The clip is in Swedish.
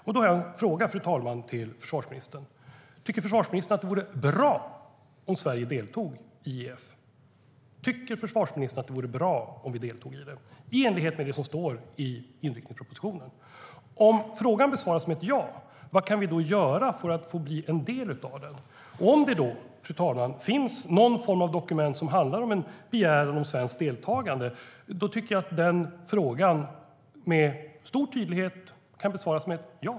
Jag har därför, fru talman, en fråga till försvarsministern: Tycker försvarsministern att det vore bra om Sverige deltog i JEF, i enlighet med det som står i inriktningspropositionen? Om frågan besvaras med ett ja, vad kan vi då göra för att få bli en del av den? Om det, fru talman, finns någon form av dokument som handlar om en begäran om svenskt deltagande tycker jag att frågan med stor tydlighet kan besvaras med ett ja.